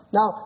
Now